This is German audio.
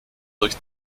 durch